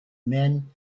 men